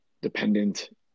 dependent